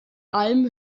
alm